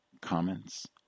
comments